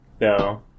No